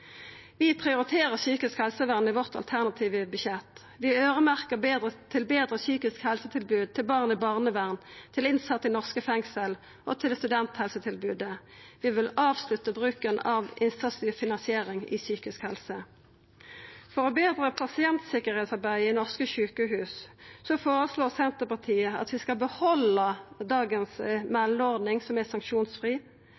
Vi prioriterer psykisk helsevern i vårt alternative budsjett. Vi øyremerkjer midlar til betre psykisk helsetilbod, til barn i barnevern, til innsette i norske fengsel og til studenthelsetilbodet. Vi vil avslutta bruken av innsatsstyrt finansiering innan psykisk helse. For å betra pasientsikkerheitsarbeidet i norske sjukehus føreslår Senterpartiet at vi skal behalda dagens